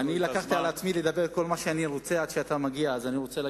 אני לקחתי על עצמי להגיד כל מה שאני רוצה עד שאתה מגיע,